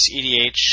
EDH